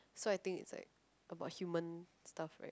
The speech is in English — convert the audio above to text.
so I think is like about human stuff right